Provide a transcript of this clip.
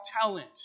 talent